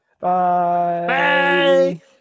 Bye